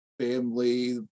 family